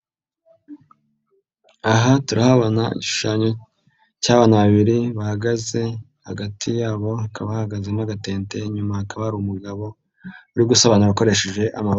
Aha turahabona igishushanyo cy'abana babiri bahagaze hagati yabo hakaba hahagaze agatente ,inyuma hakaba hari umugabo uri gusobanura akoresheje amabababi.